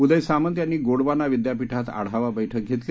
उदय सामंत यांनी गोंडवाना विद्यापीठात आढावा बस्क्र घेतली